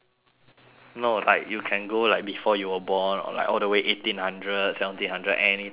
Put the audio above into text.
no like you can go like before you were born or like all the way eighteen hundreds seventeen hundred any time period you want